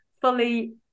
fully